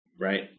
right